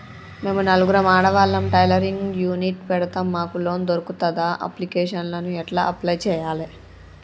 మేము నలుగురం ఆడవాళ్ళం టైలరింగ్ యూనిట్ పెడతం మాకు లోన్ దొర్కుతదా? అప్లికేషన్లను ఎట్ల అప్లయ్ చేయాలే?